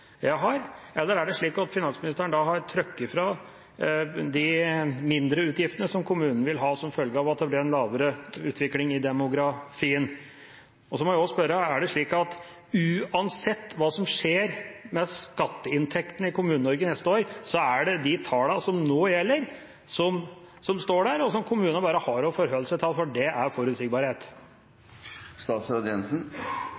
jeg har, eller er det slik at finansministeren har trukket fra de mindre utgiftene som kommunene vil ha som følge av at det ble en lavere utvikling i demografien? Og så må jeg også spørre: Er det slik at uansett hva som skjer med skatteinntektene i Kommune-Norge neste år, er det de tallene som nå gjelder, som står der, og som kommunene bare har å forholde seg til, for det er